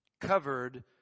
Covered